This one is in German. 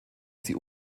sie